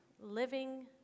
living